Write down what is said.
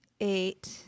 eight